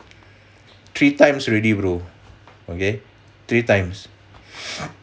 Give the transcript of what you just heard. three times already bro okay three times